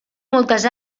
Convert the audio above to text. moltes